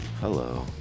Hello